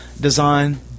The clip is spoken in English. design